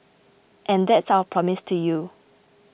and that's our promise to you